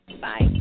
Bye